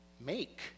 make